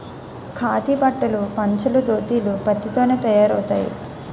ఖాదీ బట్టలు పంచలు దోతీలు పత్తి తోనే తయారవుతాయి